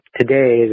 today